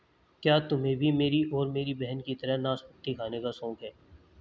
क्या तुम्हे भी मेरी और मेरी बहन की तरह नाशपाती खाने का शौक है?